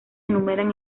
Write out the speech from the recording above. enumeran